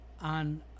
on